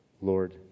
Lord